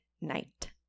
night